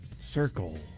circle